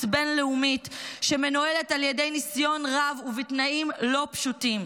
בין-לאומית שמנוהלת על ידי ניסיון רב ובתנאים לא פשוטים.